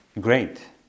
great